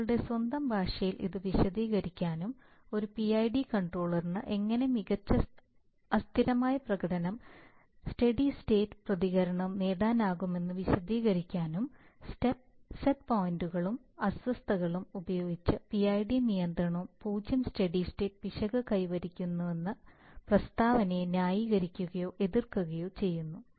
നിങ്ങളുടെ സ്വന്തം ഭാഷയിൽ ഇത് വിശദീകരിക്കാനും ഒരു പിഐഡി കൺട്രോളറിന് എങ്ങനെ മികച്ച അസ്ഥിരമായ പ്രകടനവും സ്റ്റെഡി സ്റ്റേറ്റ് പ്രതികരണവും നേടാനാകുമെന്ന് വിശദീകരിക്കാനും സ്റ്റെപ്പ് സെറ്റ് പോയിൻറുകളും അസ്വസ്ഥതകളും ഉപയോഗിച്ച് പിഐഡി നിയന്ത്രണം പൂജ്യം സ്റ്റെഡി സ്റ്റേറ്റ് പിശക് കൈവരിക്കുന്നുവെന്ന പ്രസ്താവനയെ ന്യായീകരിക്കുകയോ എതിർക്കുകയോ ചെയ്യുന്നു